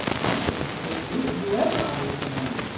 i shouldn't forget you, whoever i was among,